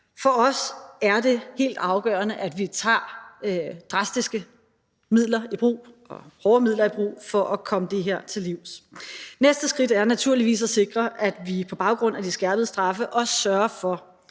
For os er det helt afgørende, at vi tager drastiske – og skrappere – midler i brug for at komme det her til livs. Næste skridt er naturligvis at sikre, at vi på baggrund af de stærkt skærpede straffe også sørger for,